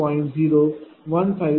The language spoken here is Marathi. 01536918 p